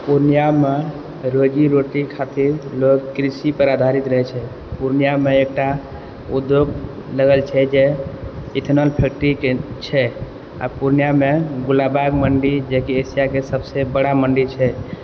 पूर्णियामे रोजीरोटी खातिर लोग कृषिपर आधारित रहै छै पूर्णियामे एकटा उद्योग लगल छै जे इथेनॉल फैक्ट्रीके छै आओर पूर्णियामे गोलाबाग मण्डी जेकि एशियाके सबसँ बड़ा मण्डी छै